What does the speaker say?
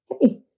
Hey